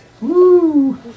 Woo